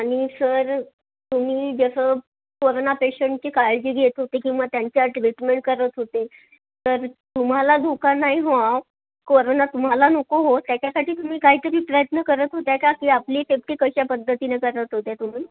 आणि सर तुम्ही जसं कोरोना पेशंटची काळजी घेत होते किंवा त्यांच्या ट्रीटमेंट करत होते तर तुम्हाला धोका नाही व्हाव कोरोना तुम्हाला नको हो त्याच्यासाठी तुम्ही काहीतरी प्रयत्न करत होते का की आपली सेफ्टी कशा पद्धतीने करत होते तुम्ही